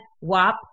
WAP